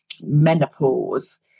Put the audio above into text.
menopause